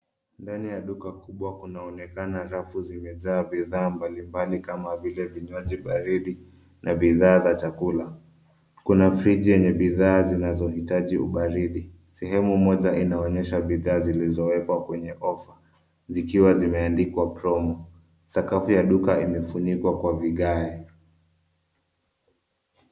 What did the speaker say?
Ndani ya duka kubwa kunaonekana rafu zimejaa bidhaa mbalimbali kama vile vinywaji baridi na bidhaa za chakula. Kuna friji yenye bidhaa zinazohitaji ubaridi. Sehemu moja inaonyesha bidhaa zilizowekwa kwenye ofa zikiwa zimeandikwa promo . Sakafu ya duka imefunikwa kwa vigae.